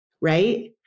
Right